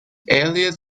elliott